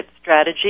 Strategy